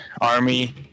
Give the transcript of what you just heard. Army